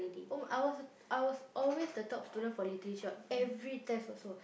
oh I was I was always the top student for literature every test also